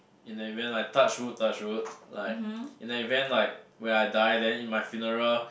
in the event like touchwood touchwood like in the event like when I die then in my funeral